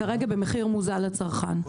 כרגע במחיר מוזל לצרכן.